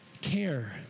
care